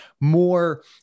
more